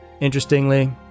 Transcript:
Interestingly